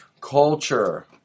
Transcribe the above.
Culture